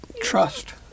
trust –